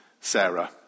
Sarah